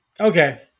Okay